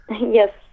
Yes